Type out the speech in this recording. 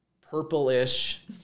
purple-ish